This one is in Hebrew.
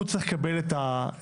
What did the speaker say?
הוא צריך לקבל את ההודעה.